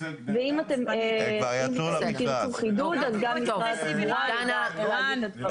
ואם תרצו חידוד אז גם משרד התחבורה יידע להגיד את הדברים.